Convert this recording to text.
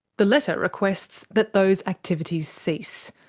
the letter requests that those activities cease.